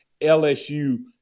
lsu